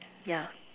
yeah